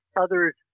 others